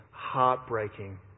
heartbreaking